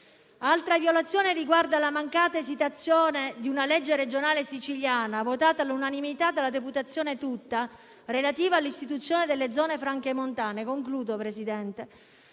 Altra violazione riguarda la mancata esitazione di una legge regionale siciliana votata all'unanimità dalla deputazione tutta, relativa all'istituzione delle zone franche montane. Sono 132 i